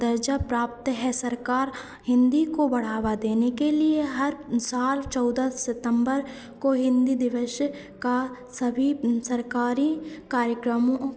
दर्जा प्राप्त है सरकार हिन्दी को बढ़ावा देने के लिए हर साल चौदह सितम्बर को हिन्दी दिवस का सभी सरकारी कार्यक्रमों